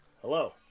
Hello